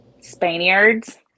spaniards